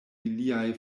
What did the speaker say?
iliaj